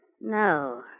No